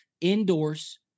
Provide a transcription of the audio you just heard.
indoors